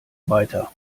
weiter